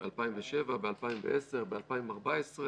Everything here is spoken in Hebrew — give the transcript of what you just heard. ב-2007, ב-2010, ב-2014.